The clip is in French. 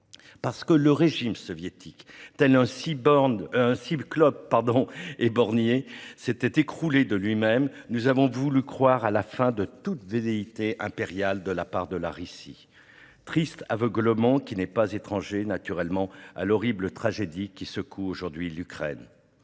Parce que le régime soviétique, tel un cyclope éborgné, s'était écroulé de lui-même, nous avons voulu croire à la fin de toute velléité impériale de la part de la Russie. Triste aveuglement qui n'est pas étranger à l'horrible tragédie qui secoue aujourd'hui l'Ukraine.